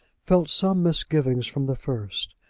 felt some misgivings from the first.